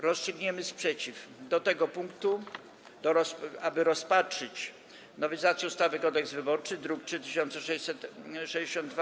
Rozstrzygniemy sprzeciw do tego punktu, aby rozpatrzyć nowelizację ustawy Kodeks wyborczy, druk nr 3662.